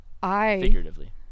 Figuratively